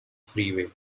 freeway